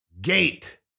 gate